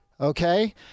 Okay